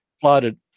plotted